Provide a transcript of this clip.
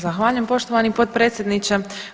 Zahvaljujem poštovani potpredsjedniče.